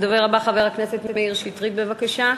הדובר הבא, חבר הכנסת מאיר שטרית, בבקשה.